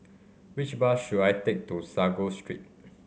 which bus should I take to Sago Street